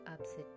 upset